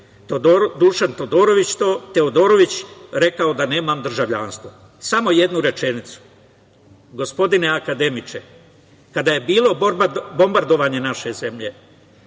Dušan Teodorović rekao da nemam državljanstvo. Samo jedna rečenica. Gospodine akademiče, kada je bilo bombardovanje naše zemlje,